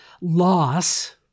loss